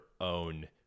own